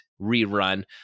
rerun